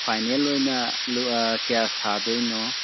final ꯑꯣꯏꯅ ꯑꯥ ꯀꯌꯥ ꯁꯥꯗꯣꯏꯅꯣ